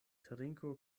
trinko